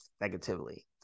negatively